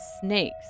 snakes